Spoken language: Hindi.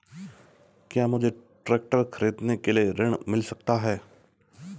क्या मुझे ट्रैक्टर खरीदने के लिए ऋण मिल सकता है?